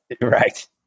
Right